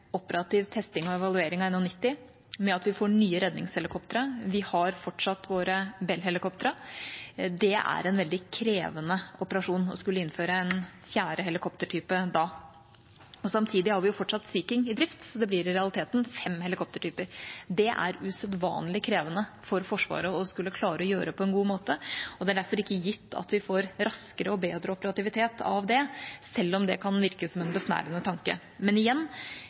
operativ testing og evaluering av NH90, med at vi får nye redningshelikoptre, og vi har fortsatt våre Bell-helikoptre – en veldig krevende operasjon. Samtidig har vi fortsatt Sea King i drift, så det blir i realiteten fem helikoptertyper. Dét er usedvanlig krevende for Forsvaret å skulle klare å gjøre på en god måte, og det er derfor ikke gitt at vi får raskere og bedre operativitet av det, selv om det kan virke som en besnærende tanke. Men igjen: